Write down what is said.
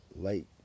light